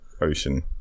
ocean